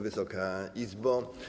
Wysoka Izbo!